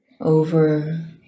over